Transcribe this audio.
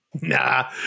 Nah